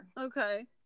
Okay